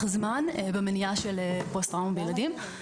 זמן במניעה של פוסט-טראומה בילדים.